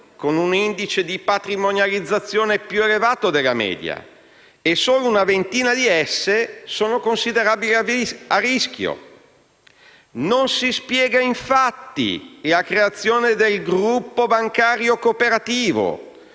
con un indice di patrimonializzazione più elevato della media, e solo una ventina di esse sono considerabili a rischio. Non si spiega, infatti, la creazione del gruppo bancario cooperativo,